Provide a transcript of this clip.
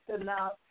enough